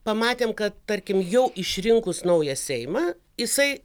pamatėm kad tarkim jau išrinkus naują seimą jisai